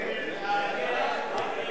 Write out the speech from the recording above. קדימה להביע